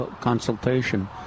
consultation